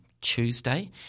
Tuesday